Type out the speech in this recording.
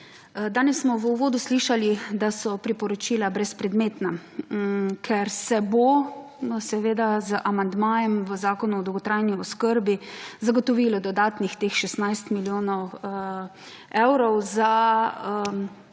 Danes smo v uvodu slišali, da so priporočila brezpredmetna, ker se bo, no, seveda z amandmajem v Zakonu o dolgotrajni oskrbi, zagotovilo dodatnih teh 16 milijonov evrov za